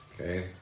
Okay